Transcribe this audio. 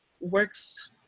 works